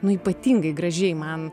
nu ypatingai gražiai man